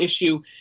issue